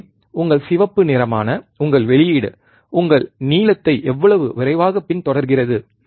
எனவே உங்கள் சிவப்பு நிறமான உங்கள் வெளியீடு உங்கள் நீலத்தைப் எவ்வளவு விரைவாகப் பின்தொடர்கிறது